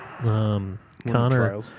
Connor